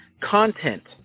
content